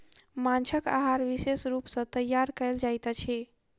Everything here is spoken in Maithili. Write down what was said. माँछक आहार विशेष रूप सॅ तैयार कयल जाइत अछि